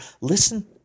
listen